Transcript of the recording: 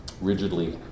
rigidly